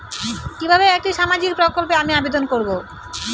কিভাবে একটি সামাজিক প্রকল্পে আমি আবেদন করব?